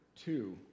two